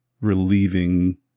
relieving